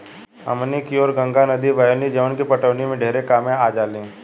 हमनी कियोर गंगा नद्दी बहेली जवन की पटवनी में ढेरे कामे आजाली